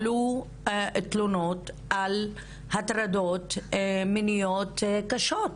עלו תלונות על הטרדות מיניות קשות.